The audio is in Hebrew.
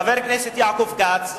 חבר הכנסת יעקב כץ,